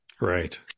Right